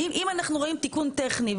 אם אנחנו רואים תיקון טכני,